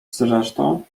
zresztą